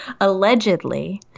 Allegedly